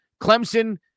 Clemson